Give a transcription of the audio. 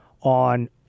on